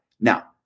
now